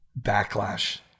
backlash